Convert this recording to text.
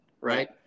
right